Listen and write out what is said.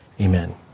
amen